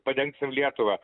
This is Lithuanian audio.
padengsim lietuvą